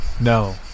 No